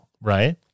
right